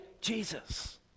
Jesus